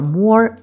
more